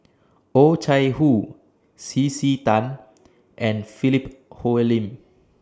Oh Chai Hoo C C Tan and Philip Hoalim